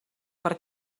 per